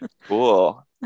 Cool